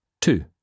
Two